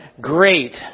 great